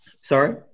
Sorry